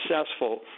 successful